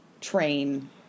train